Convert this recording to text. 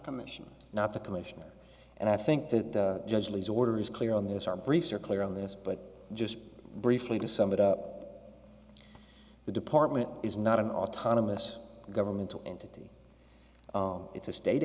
commission not the commission and i think that judge lee's order is clear on this our briefs are clear on this but just briefly to sum it up the department is not an autonomous governmental entity it's a state